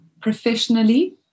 professionally